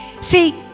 See